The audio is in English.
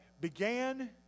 began